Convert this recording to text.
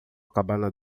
cabana